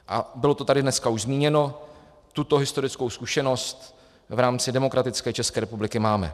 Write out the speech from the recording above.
A bylo to tady dneska už zmíněno, tuto historickou zkušenost v rámci demokratické České republiky máme.